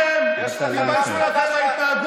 יש לך רב חדש, הרב קריב.